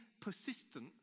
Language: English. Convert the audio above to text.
persistent